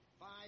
Five